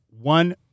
one